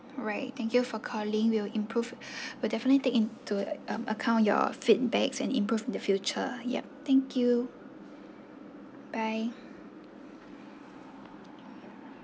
right thank you for calling we'll improve we'll definitely take into um account your feedbacks and improve the future yup thank you bye